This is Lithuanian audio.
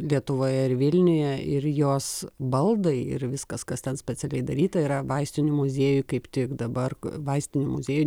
lietuvoje ir vilniuje ir jos baldai ir viskas kas ten specialiai daryta yra vaistinių muziejuj kaip tik dabar vaistinių muziejuj